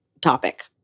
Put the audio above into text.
topic